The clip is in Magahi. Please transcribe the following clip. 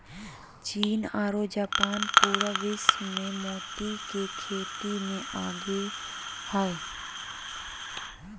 चीन आरो जापान पूरा विश्व मे मोती के खेती मे आगे हय